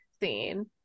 scene